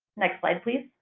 next slide, please.